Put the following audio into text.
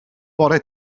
bore